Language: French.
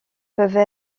peuvent